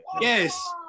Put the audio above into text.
Yes